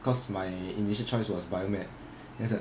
cause my initial choice was bio med then it's like